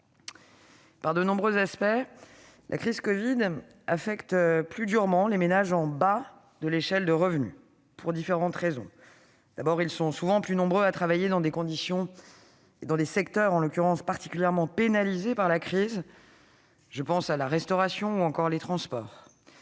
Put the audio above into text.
Par de nombreux aspects, la crise du covid affecte plus durement les ménages en bas de l'échelle de revenus, pour différentes raisons. Ces ménages sont plus nombreux à travailler dans des secteurs particulièrement pénalisés par la crise, comme la restauration ou les transports.